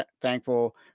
thankful